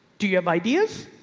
do you have ideas?